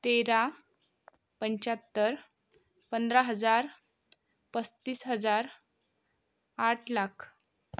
तेरा पंच्याहत्तर पंधरा हजार पस्तीस हजार आठ लाख